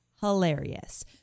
hilarious